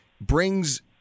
brings